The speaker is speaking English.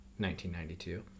1992